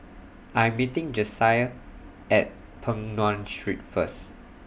I'm meeting Jasiah At Peng Nguan Street First